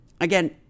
again